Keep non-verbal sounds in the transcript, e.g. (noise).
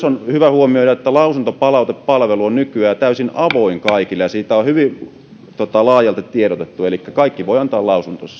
(unintelligible) on myös hyvä huomioida että lausuntopalautepalvelu on nykyään täysin avoin kaikille ja siitä on hyvin laajalti tiedotettu elikkä kaikki voivat antaa lausuntonsa (unintelligible)